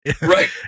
Right